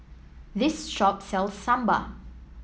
this shop sells Sambar